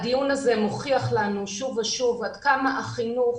הדיון הזה מוכיח לנו שוב ושוב עד כמה החינוך